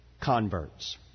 converts